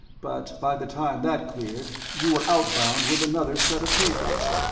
but by the time that cleared, you were outbound with another set of papers.